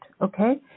Okay